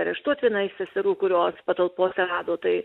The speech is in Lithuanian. areštuot vieną iš seserų kurios patalpose rado tai